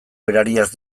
berariaz